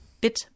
bit